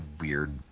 weird